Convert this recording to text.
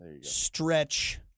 stretch